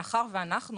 מאחר שאנחנו